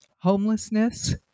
Homelessness